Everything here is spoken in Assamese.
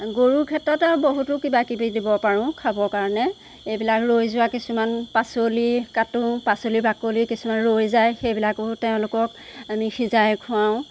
গৰুৰ ক্ষেত্ৰতে বহুতো কিবা কিবি দিব পাৰো খাব কাৰণে এইবিলাক ৰৈ যোৱা কিছুমান পাচলি কাটো পাচলি বাকলি কিছুমান ৰৈ যায় সেইবিলাকো তেওঁলোকক আনি সিজাই খোৱাওঁ